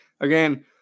Again